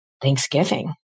Thanksgiving